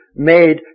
made